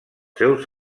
seus